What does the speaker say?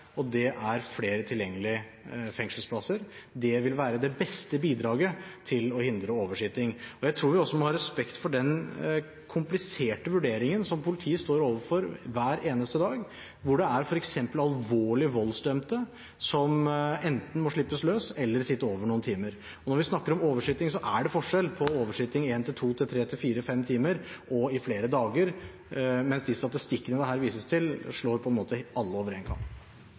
og det er flere tilgjengelige fengselsplasser. Det vil være det beste bidraget til å hindre oversitting. Jeg tror vi også må ha respekt for den kompliserte vurderingen som politiet står overfor hver eneste dag, hvor det er f.eks. alvorlig voldsdømte som enten må slippes løs, eller sitte over noen timer. Og når vi snakker om oversitting, er det forskjell på oversitting i en til to, tre, fire eller fem timer og i flere dager, mens de statistikkene det her vises til,